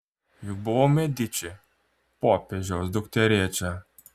juk buvau mediči popiežiaus dukterėčia